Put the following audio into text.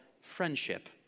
friendship